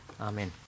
Amen